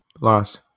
Loss